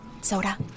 Soda